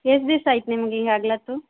ಎಷ್ಟು ದಿವಸ ಆಯ್ತು ನಿಮ್ಗೆ ಈ ಹಾಗ್ಲಾತು